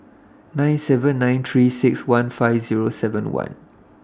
nine seven nine three six one five Zero seven one